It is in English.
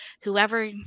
whoever